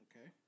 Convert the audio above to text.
Okay